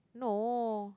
no